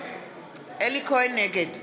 נגד